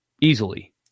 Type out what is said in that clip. easily